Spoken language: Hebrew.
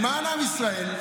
למען עם ישראל.